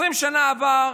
20 שנה עברו,